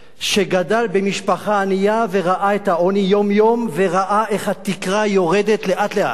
שגדל במשפחה ענייה וראה את העוני יום-יום וראה איך התקרה יורדת לאט-לאט